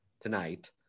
tonight